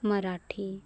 Marathi